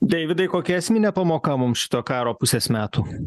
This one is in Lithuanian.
deividai kokia esminė pamoka mums šito karo pusės metų